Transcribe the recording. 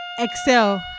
excel